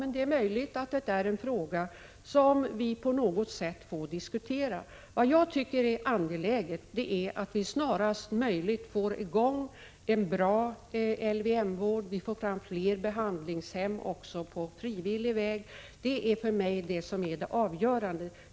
Men det är möjligt att det är en fråga som vi på något sätt får diskutera. Jag tycker att det är angeläget att vi snarast möjligt får i gång en bra LVM-vård, att vi får fler behandlingshem — också på frivillig väg. Det är för mig det avgörande.